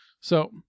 So-